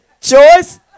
choice